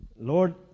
Lord